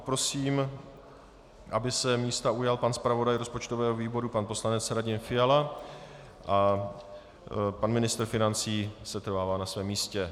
Prosím, aby se místa ujal pan zpravodaj rozpočtového výboru pan poslanec Radim Fiala, a pan ministr financí setrvává na svém místě.